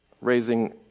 Raising